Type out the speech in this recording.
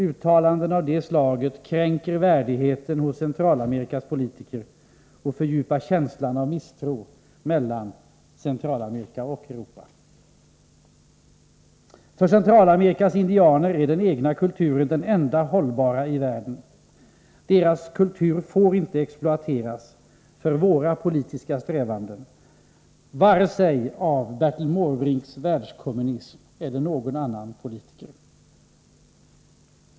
Uttalanden av det slaget kränker värdigheten hos Centralamerikas politiker och fördjupar känslan av misstro mellan Centralamerika och Europa. För Centralamerikas indianer är den egna kulturen den enda hållbara i världen. Deras kultur får inte exploateras för våra politiska strävanden vare sig av Bertil Måbrink och hans världskommunism eller av någon annan politiker.